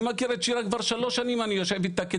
אני מכיר את שירה כבר שלוש שנים, אני יושב איתה.